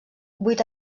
vuit